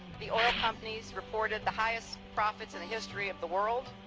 the oil companies reported the highest profits in the history of the world.